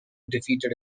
defeated